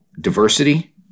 diversity